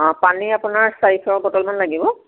অঁ পানী আপোনাৰ চাৰিশ বটলমান লাগিব